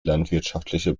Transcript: landwirtschaftliche